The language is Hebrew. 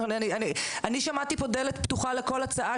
אני שמעתי פה דלת פתוחה לכל הצעה.